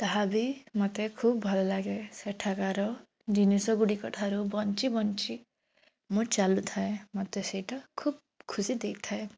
ତାହାବି ମୋତେ ଖୁବ୍ ଭଲଲାଗେ ସେଠାକାର ଜିନିଷଗୁଡ଼ିକ ଠାରୁ ବଞ୍ଚି ବଞ୍ଚି ମୁଁ ଚାଲୁଥାଏ ମୋତେ ସେଇଟା ଖୁବ୍ ଖୁସି ଦେଇଥାଏ